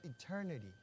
eternity